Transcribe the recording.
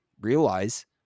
realize